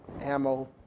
ammo